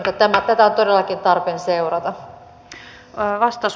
mutta tätä on todellakin tarpeen seurata